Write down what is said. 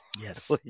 Yes